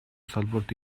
салбарт